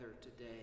today